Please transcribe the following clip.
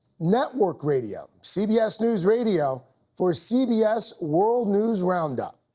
network radio cbs news radio for cbs world news roundup.